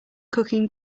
cooking